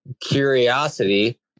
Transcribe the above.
curiosity